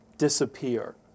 disappear